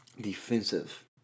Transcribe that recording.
defensive